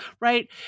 right